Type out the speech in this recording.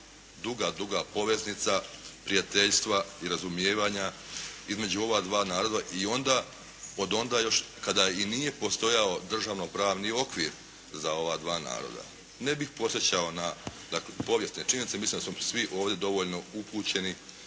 duga, duga poveznica prijateljstva i razumijevanja između ova dva naroda i onda od onda još kada i nije postojao državno-pravni okvir za ova dva naroda. Ne bih podsjećao na dakle povijesne činjenice. Mislim da smo svi ovdje dovoljno upućeni